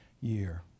year